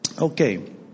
Okay